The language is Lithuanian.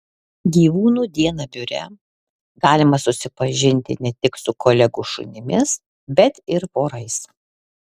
gyvūnų dieną biure galima susipažinti ne tik su kolegų šunimis bet ir vorais